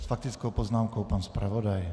S faktickou poznámkou pan zpravodaj.